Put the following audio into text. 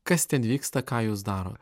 kas ten vyksta kas jūs daro